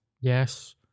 Yes